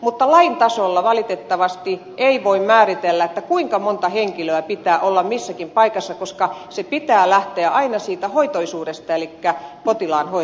mutta lain tasolla valitettavasti ei voi määritellä kuinka monta henkilöä pitää olla missäkin paikassa koska sen pitää lähteä aina siitä hoitoisuudesta elikkä potilaan voi